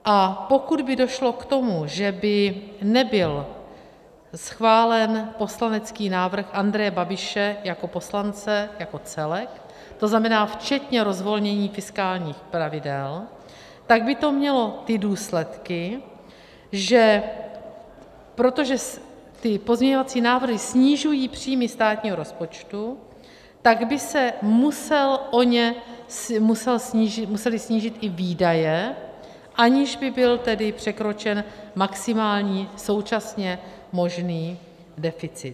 A pokud by došlo k tomu, že by nebyl schválen poslanecký návrh Andreje Babiše jako poslance jako celek, to znamená včetně rozvolnění fiskálních pravidel, tak by to mělo ty důsledky, protože ty pozměňovací návrhy snižují příjmy státního rozpočtu, tak by se musely o ně snížit i výdaje, aniž by byl tedy překročen maximální současně možný deficit.